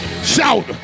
Shout